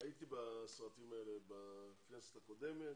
הייתי בסרטים האלה בכנסת הקודמת.